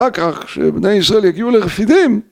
רק כך שבני ישראל יגיעו לרפידים